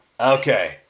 Okay